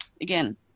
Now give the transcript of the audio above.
Again